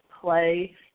play